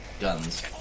guns